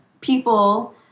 people